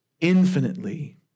infinitely